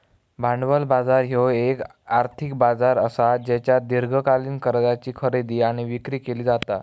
भांडवल बाजार ह्यो येक आर्थिक बाजार असा ज्येच्यात दीर्घकालीन कर्जाची खरेदी आणि विक्री केली जाता